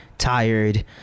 tired